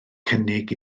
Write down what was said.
cynnig